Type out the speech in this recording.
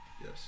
Yes